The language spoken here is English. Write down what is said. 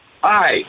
Hi